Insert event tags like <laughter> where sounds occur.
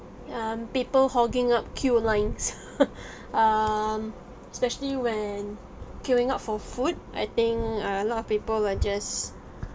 um people hogging up queue lines <laughs> um especially when queueing up for food I think uh a lot of people who are just